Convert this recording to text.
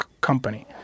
Company